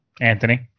Anthony